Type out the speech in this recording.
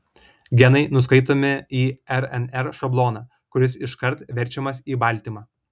genai nuskaitomi į rnr šabloną kuris iškart verčiamas į baltymą